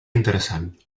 interessant